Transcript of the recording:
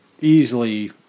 easily